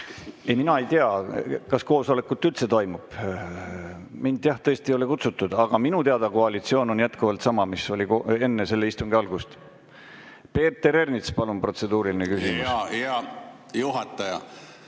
Ei, mina ei tea, kas koosolekut üldse toimub. Mind tõesti ei ole kutsutud, aga minu teada koalitsioon on jätkuvalt sama, mis oli enne selle istungi algust. Peeter Ernits, palun, protseduuriline küsimus! Ei, mina